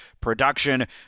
production